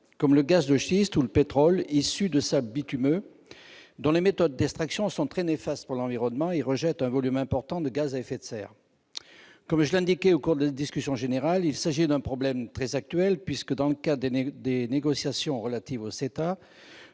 comme le gaz de schiste ou le pétrole issu de sables bitumineux, dont les méthodes d'extraction sont très néfastes pour l'environnement et entraînent le rejet de volumes importants de gaz à effet de serre. Comme je l'indiquais au cours de la discussion générale, il s'agit d'un problème très actuel, puisque, dans le cadre des négociations relatives au CETA,